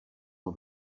all